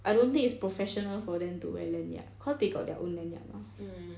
I don't think is professional for them to wear lanyard cause they got their own lanyard mah